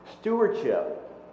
Stewardship